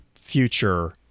future